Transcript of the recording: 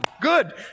Good